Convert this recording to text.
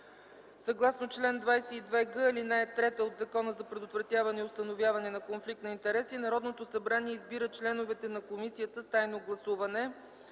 (Съгласно чл. 22г, ал. 3 от Закона за предотвратяване и установяване на конфликт на интереси Народното събрание избира членовете на комисията с тайно гласуване.